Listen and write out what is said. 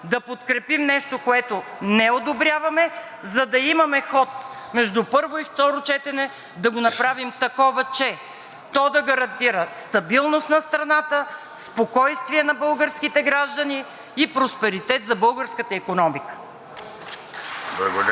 да подкрепим нещо, което не одобряваме, за да имаме ход между първо и второ четене да го направим такова, че то да гарантира стабилност на страната, спокойствие на българските граждани и просперитет за българската икономика.